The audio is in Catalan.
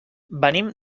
venim